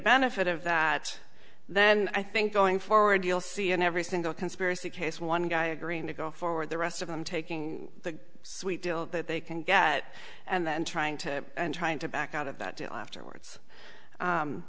benefit of that then i think going forward you'll see in every single conspiracy case one guy agreeing to go forward the rest of them taking the sweet deal that they can get and trying to trying to back out of that afterwards